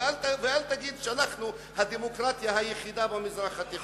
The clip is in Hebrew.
ואל תגיד שאנחנו הדמוקטיה היחידה במזרח התיכון.